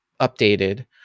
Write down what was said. updated